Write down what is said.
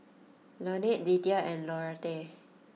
Lanette Lethia and Lauretta